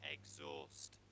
Exhaust